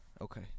Okay